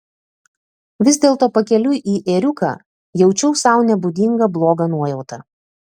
vis dėlto pakeliui į ėriuką jaučiau sau nebūdingą blogą nuojautą